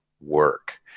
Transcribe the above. work